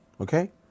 Okay